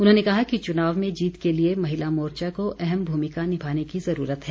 उन्होंने कहा कि चुनाव में जीत के लिए महिला मोर्चा को अहम भूमिका निभाने की ज़रूरत है